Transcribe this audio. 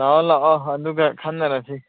ꯂꯥꯛꯑꯣ ꯂꯥꯛꯑꯣ ꯑꯗꯨꯒ ꯈꯟꯅꯔꯁꯤ